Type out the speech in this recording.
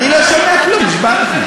אני לא שומע כלום, אני נשבע לכם.